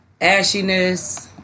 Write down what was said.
Ashiness